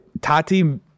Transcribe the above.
Tati